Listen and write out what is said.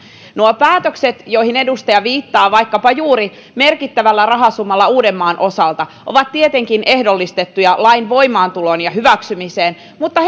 nuo päätökset joihin edustaja viittaa vaikkapa juuri merkittävällä rahasummalla uudenmaan osalta ovat tietenkin ehdollistettuja lain voimaantuloon ja hyväksymiseen mutta